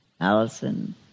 Allison